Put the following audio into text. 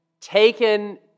taken